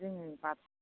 जोङो बाथौ